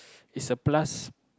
is a plus